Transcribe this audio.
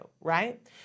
right